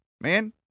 man